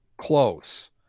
close